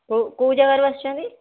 କେଉଁ କେଉଁ ଜାଗାରୁ ଆସିଛନ୍ତି